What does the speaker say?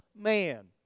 man